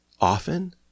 Often